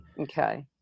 Okay